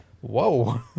whoa